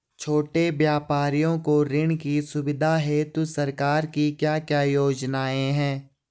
छोटे व्यापारियों को ऋण की सुविधा हेतु सरकार की क्या क्या योजनाएँ हैं?